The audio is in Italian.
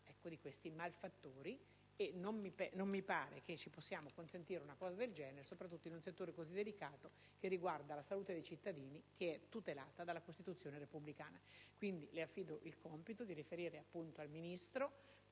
balia di questi malfattori quando non mi pare che possiamo consentire una cosa del genere, soprattutto in un settore così delicato che riguarda la salute dei cittadini, tutelata dalla Costituzione repubblicana. Le affido pertanto il compito di riferire al Ministro